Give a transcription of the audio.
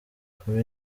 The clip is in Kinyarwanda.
kuba